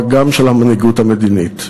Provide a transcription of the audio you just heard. אבל גם של המנהיגות המדינית.